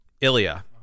Ilya